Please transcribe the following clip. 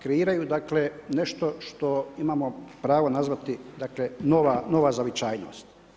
Kreiraju dakle, nešto što imamo pravo nazvati nova zavičajnost.